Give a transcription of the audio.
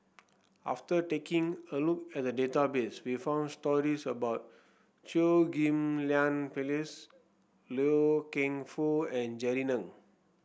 after taking a look at the database we found stories about Chew Ghim Lian Phyllis Loy Keng Foo and Jerry Ng